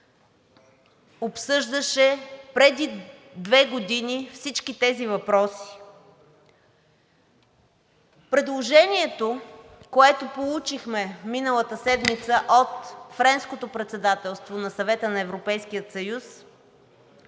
обсъждаше преди две години всички тези въпроси. Предложението, което получихме миналата седмица от Френското председателство на Съвета на Европейския съюз,